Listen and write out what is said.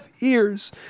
ears